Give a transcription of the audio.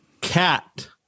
Cat